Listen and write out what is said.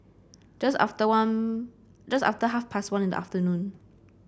just after one just after half past one in the afternoon